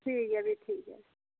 ठीक ऐ प्ही ठीक ऐ